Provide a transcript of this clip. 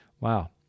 Wow